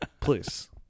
Please